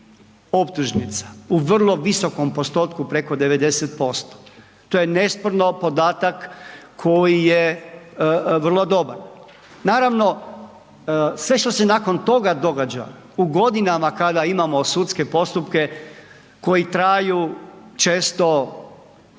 u vrlo visokom postotku peko 90%, to je nesporno podatak koji je vrlo dobar. Naravno, sve što se nakon toga događa u godinama kada imamo sudske postupke koji traju često